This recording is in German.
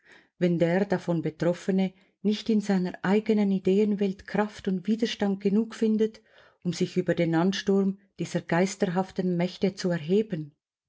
wenn der davon betroffene nicht in seiner eigenen ideenwelt kraft und widerstand genug findet um sich über den ansturm dieser geisterhaften mächte zu erheben